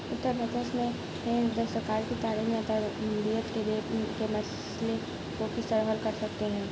اتر پردیش میں دستکاری کی تعلیم زیادہ تر بی ایڈ کے لیے مسئلے کو کس طرح حل کر سکتے ہیں